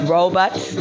Robots